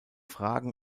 fragen